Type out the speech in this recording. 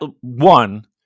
One